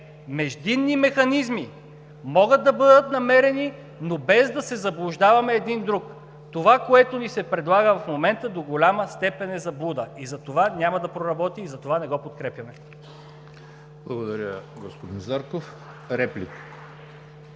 Междинни механизми могат да бъдат намерени, но без да се заблуждаваме един друг. Това, което ни се предлага в момента, до голяма степен е заблуда и затова няма да проработи. И затова не го подкрепяме. ПРЕДСЕДАТЕЛ ЕМИЛ ХРИСТОВ: Благодаря, господин Зарков. Реплики?